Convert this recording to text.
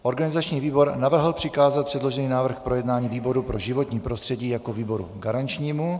Organizační výbor navrhl přikázat předložený návrh k projednání výboru pro životní prostředí jako výboru garančnímu.